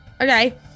Okay